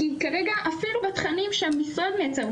כי כרגע אפילו בתכנים שהמשרד מייצר,